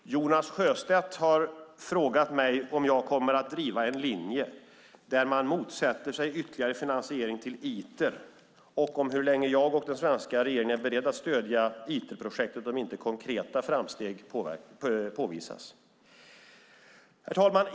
Herr talman! Jonas Sjöstedt har frågat mig om jag kommer att driva en linje där man motsätter sig ytterligare finansiering till Iter och hur länge jag och den svenska regeringen är beredd att stödja Iterprojektet om inte konkreta framsteg påvisas.